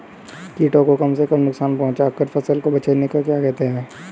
कीटों को कम से कम नुकसान पहुंचा कर फसल को बचाने को क्या कहते हैं?